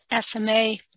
SMA